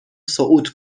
صعود